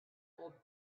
will